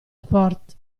sport